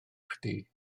chdi